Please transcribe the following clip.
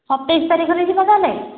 ସତେଇଶ ତାରିଖରେ ଯିବା ତା'ହେଲେ